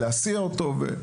ולהסיע אותו,